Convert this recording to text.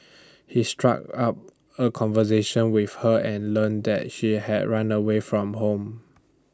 he struck up A conversation with her and learned that she had run away from home